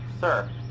Sir